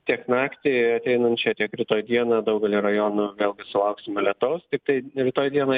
tiek naktį ateinančią tiek rytoj dieną daugelyje rajonų vėlgi sulauksime lietaus tiktai rytoj dienai